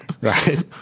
Right